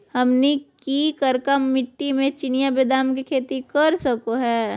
हम की करका मिट्टी में चिनिया बेदाम के खेती कर सको है?